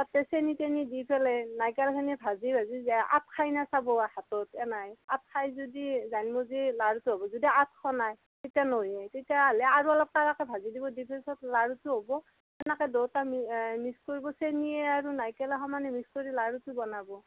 তাতে চেনী তেনী দি ফেলে নাৰিকলখিনি ভাজি ভাজি যে আঠ খাই নে নাই চাবো হাতত এনাই আঠ খাই যদি যানবো যি লাৰুটো হ'ব যদি আঠ খৱা নাই তেতিয়ান নহয় তেতিয়া হ'ল আৰু অলপ কাঢ়াকৈ ভাজি দিব দি পাছত লাৰুটো হ'ব সেনাকে দুইটা মিক্স কৰিব চেনীয়ে আৰু নাৰিকল সমানে মিক্স কৰি লাৰুটো বনাবো